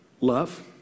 love